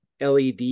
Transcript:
LED